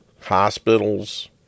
hospitals